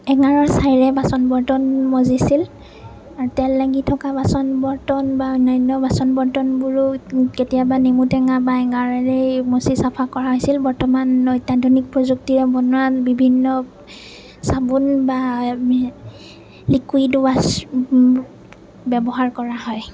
এঙাৰৰ ছাঁইৰে বাচন বৰ্তন মাজিছিল তেল লাগি থকা বাচন বৰ্তন বা অন্যান্য বাচন বৰ্তনবোৰো কেতিয়াবা নেমুটেঙা বা এঙাৰেৰে মচি চাফা কৰা হৈছিল বৰ্তমান অত্যাধুনিক প্ৰযুক্তিৰে বনোৱা বিভিন্ন চাবোন বা লিকুইড ৱাশ্ব ব্যৱহাৰ কৰা হয়